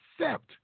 accept